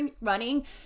running